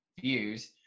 views